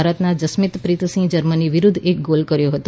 ભારતના જસ્મીનપ્રીત સિંહે જર્મની વિરુધ્ધ એક ગોલ કર્યો હતો